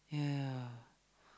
yeah yeah yeah